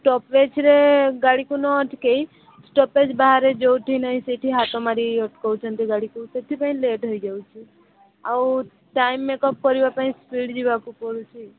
ଷ୍ଟପେଜ୍ରେ ଗାଡ଼ିକୁ ନଅଟକେଇ ଷ୍ଟପେଜ୍ ବାହାରେ ଯେଉଁଠି ନାହିଁ ସେଇଠି ହାତ ମାରି ଅଟକଉଛନ୍ତି ଗାଡ଼ିକୁ ସେଥିପାଇଁ ଲେଟ୍ ହେଇଯାଉଛି ଆଉ ଟାଇମ୍ ମେକ୍ଅପ୍ କରିବା ପାଇଁଁ ସ୍ପିଡ଼୍ ଯିବାକୁ ପଡୁ଼ଛି